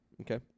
okay